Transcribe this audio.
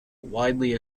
widely